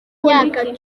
myaka